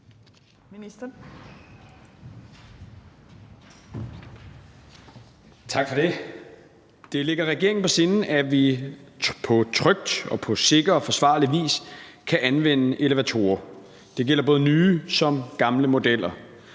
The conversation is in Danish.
Tak for det. Det ligger regeringen på sinde, at vi på tryg, sikker og forsvarlig vis kan anvende elevatorer. Det gælder såvel nye som gamle modeller.